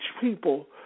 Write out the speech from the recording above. people